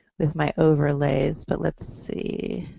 with my overlays. but, let's see,